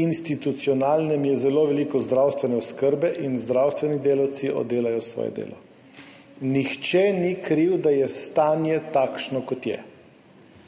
institucionalnem, je zelo veliko zdravstvene oskrbe in zdravstveni delavci oddelajo svoje delo – nihče ni kriv, da je stanje takšno, kot je.